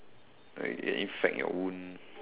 infect your wound